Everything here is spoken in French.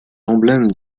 emblèmes